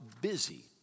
busy